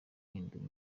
guhindura